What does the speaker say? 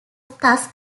thus